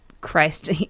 Christ